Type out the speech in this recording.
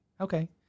okay